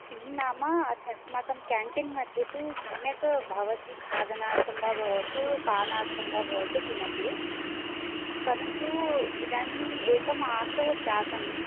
किं नाम अस्माकं केन्टीन् मध्ये तु सम्यक् भवति खादनार्थं वा भवतु पानार्थं वा भवतु किमपि परन्तु इदानीं एकमासः जातम्